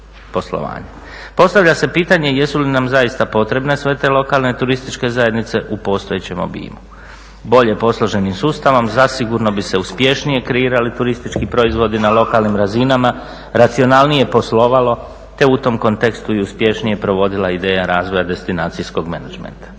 poslovanja. Postavlja se pitanje jesu li nam zaista potrebne sve te lokalne turističke zajednice u postojećem obimu? Bolje posloženim sustavom zasigurno bi se uspješnije kreirali turistički proizvodi na lokalnim razinama, racionalnije poslovalo te u tom kontekstu i uspješnije provodila ideja razvoja destinacijskog menadžmenta.